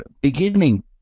beginning